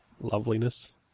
loveliness